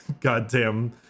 goddamn